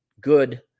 good